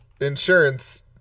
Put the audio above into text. insurance